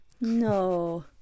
No